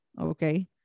okay